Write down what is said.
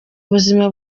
buzima